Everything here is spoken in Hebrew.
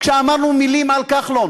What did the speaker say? כשאמרנו מילים על כחלון,